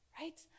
right